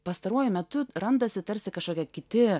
pastaruoju metu randasi tarsi kažkokie kiti